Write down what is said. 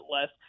less